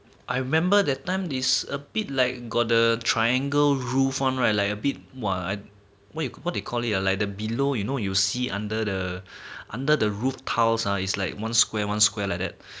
I remember that time this a bit like got the triangle roof on right like a bit !wah! I what what you call it ah like the below you know you see under the under the roof tiles ah is like one square one square like that